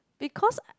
because